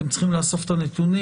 אתם צריכים לאסוף את הנתונים.